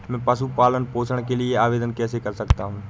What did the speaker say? मैं पशु पालन पोषण के लिए आवेदन कैसे कर सकता हूँ?